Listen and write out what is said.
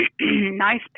nice